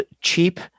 cheap